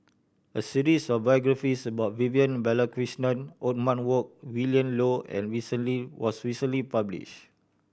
a series of biographies about Vivian Balakrishnan Othman Wok Willin Low and recently was recently published